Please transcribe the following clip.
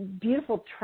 beautiful